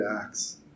acts